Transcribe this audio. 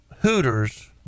Hooters